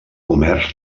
comerç